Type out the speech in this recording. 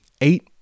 eight